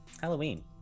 halloween